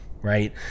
right